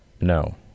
No